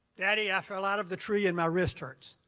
daddy, i fell out of the tree and my wrist hurts.